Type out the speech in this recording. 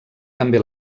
també